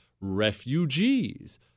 refugees